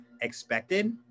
expected